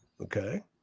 Okay